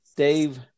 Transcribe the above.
Dave